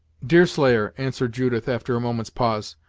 deerslayer, answered judith, after a moment's pause,